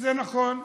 זה נכון,